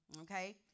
okay